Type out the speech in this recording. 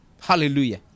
Hallelujah